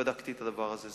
בדקתי את הדבר הזה.